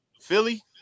Philly